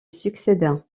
succéda